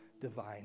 divine